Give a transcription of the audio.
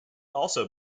also